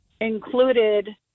included